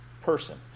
person